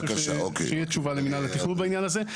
שתהיה תשובה למינהל התכנון בעניין הזה.